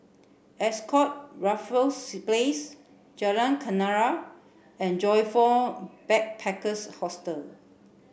Ascott Raffles Place Jalan Kenarah and Joyfor Backpackers' Hostel